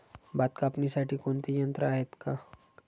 भात कापणीसाठी कोणते यंत्र आहेत का?